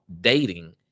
dating